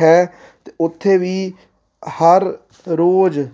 ਹੈ ਅਤੇ ਉੱਥੇ ਵੀ ਹਰ ਰੋਜ਼